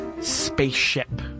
spaceship